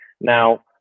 Now